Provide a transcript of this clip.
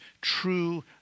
true